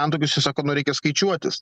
antakiusir sako nu reikia skaičiuotis